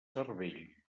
cervell